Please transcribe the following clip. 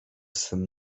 swym